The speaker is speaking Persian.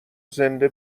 زنده